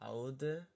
Aude